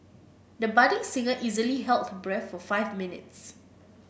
the budding singer easily held her breath for five minutes